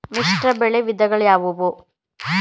ಮಿಶ್ರಬೆಳೆ ವಿಧಗಳಾವುವು?